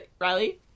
Riley